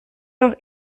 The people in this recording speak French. leur